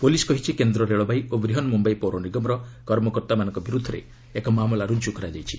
police କହିଛି କେନ୍ଦ୍ର ରେଳବାଇ ଓ ବ୍ରିହନ ମୁମ୍ବାଇ ପୌର ନିଗମର କର୍ମକର୍ତ୍ତାମାନଙ୍କ ବିରୁଦ୍ଧରେ ଏକ ମାମଲା ରୁଜୁ କରାଯାଇଛି